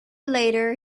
later